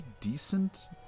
decent